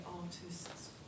artists